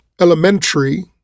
elementary